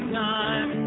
time